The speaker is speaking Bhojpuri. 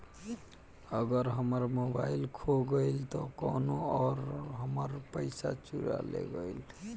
अगर हमार मोबइल खो गईल तो कौनो और हमार पइसा चुरा लेइ?